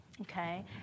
okay